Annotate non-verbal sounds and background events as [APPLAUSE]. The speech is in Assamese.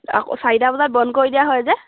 [UNINTELLIGIBLE] চাৰিটা বজাত বন্ধ কৰি দিয়া হয় যে